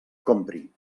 compri